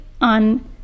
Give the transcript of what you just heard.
on